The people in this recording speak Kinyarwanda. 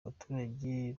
abaturage